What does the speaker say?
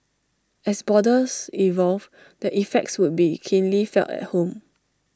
as borders evolve the effects would be keenly felt at home